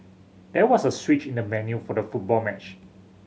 there was a switch in the venue for the football match